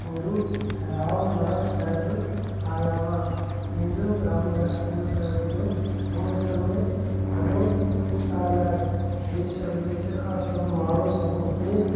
गुरू रामदास साहिबु आया हुआ जंहिंजो रामदास गुरू साहेब जो अमृतसर में वॾो स्थानु आहे देश विदेश खां सभु माण्हू सभु हुते